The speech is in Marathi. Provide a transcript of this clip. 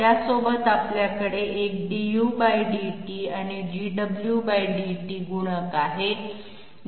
त्यासोबत आपल्याकडे एक dudt आणि dwdt गुणक आहे